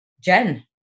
Jen